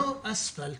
לא אספלט,